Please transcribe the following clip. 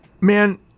Man